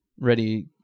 ready